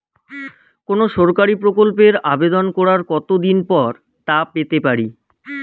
কোনো সরকারি প্রকল্পের আবেদন করার কত দিন পর তা পেতে পারি?